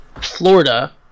Florida